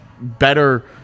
better